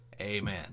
Amen